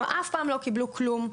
הן אף פעם לא קיבלו כלום.